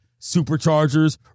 Superchargers